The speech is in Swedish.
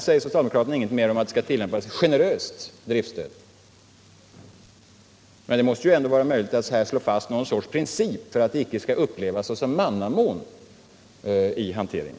säger socialdemokraterna ingenting mer om att det skall tillämpas generöst driftsstöd. Men det måste ju ändå vara möjligt att slå fast någon princip för att det icke skall upplevas som mannamån i hanteringen.